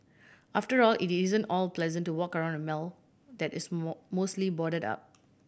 after all it isn't all pleasant to walk around a mall that is more mostly boarded up